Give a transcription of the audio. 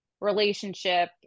relationship